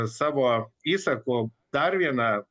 savo įsakų dar vieną